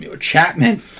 Chapman